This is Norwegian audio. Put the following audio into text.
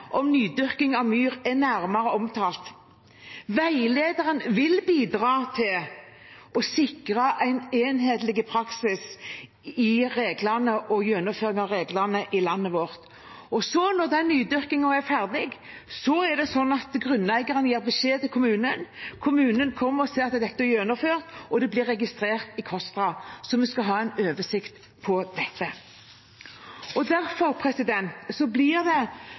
om nydyrking av myr er nærmere omtalt. Veilederen vil bidra til å sikre en enhetlig praksis i reglene og gjennomføring av reglene i landet vårt. Når den nydyrkingen er ferdig, er det sånn at grunneieren gir beskjed til kommunen, kommunen kommer og ser at dette er gjennomført, og det blir registrert i KOSTRA, sånn at vi skal ha en oversikt over dette. For meg blir det